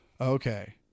Okay